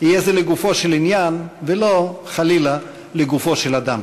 יהיה זה לגופו של עניין ולא חלילה לגופו של אדם.